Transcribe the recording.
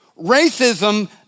Racism